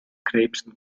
krebsen